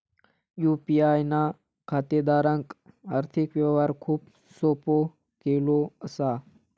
UPI ना खातेदारांक आर्थिक व्यवहार खूप सोपो केलो असा